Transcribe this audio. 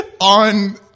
On